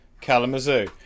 Kalamazoo